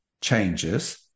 changes